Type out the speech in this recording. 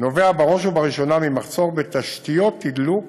נובע בראש ובראשונה ממחסור בתשתיות תדלוק